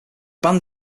band